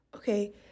Okay